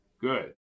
Good